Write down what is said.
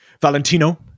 Valentino